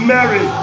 Mary